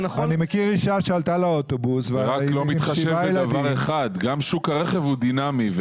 צריך להתחשב בכך שגם שוק הרכב הוא דינאמי.